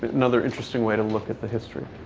but another interesting way to look at the history.